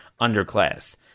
underclass